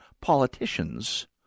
politicians